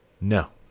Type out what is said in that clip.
no